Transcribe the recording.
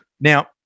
Now